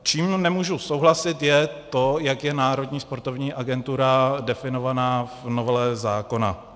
S čím nemůžu souhlasit, je to, jak je Národní sportovní agentura definovaná v novele zákona.